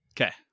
Okay